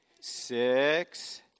six